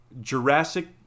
Jurassic